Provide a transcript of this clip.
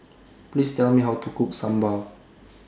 Please Tell Me How to Cook Sambar